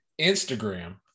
Instagram